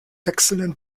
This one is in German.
wechselnden